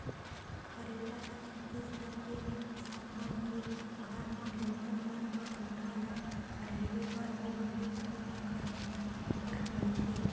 खरेटा ल छत्तीसगढ़ के हर किसान मन के घर म लोगन मन ह कोठा ल खरहेरे बर अउ गली घोर ल खरहेरे बर बउरथे